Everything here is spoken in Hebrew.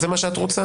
זה מה שאת רוצה?